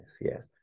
Yes